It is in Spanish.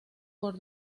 por